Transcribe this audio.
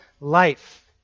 life